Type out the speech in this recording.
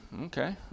Okay